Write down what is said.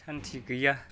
सान्थि गैया